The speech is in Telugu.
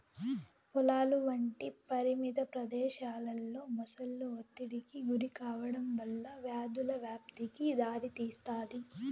పొలాలు వంటి పరిమిత ప్రదేశాలలో మొసళ్ళు ఒత్తిడికి గురికావడం వల్ల వ్యాధుల వ్యాప్తికి దారితీస్తాది